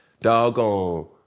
doggone